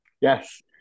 yes